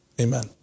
amen